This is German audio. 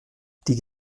die